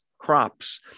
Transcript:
crops